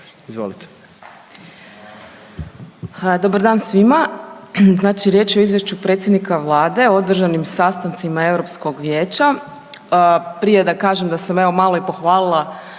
Dobar dan svima! Znači riječ je o Izvješću predsjednika Vlade o održanim sastancima Europskog vijeća. Prije da kažem da samo malo evo i pohvalila